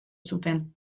zuten